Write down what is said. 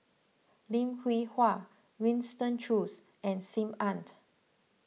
Lim Hwee Hua Winston Choos and Sim Annt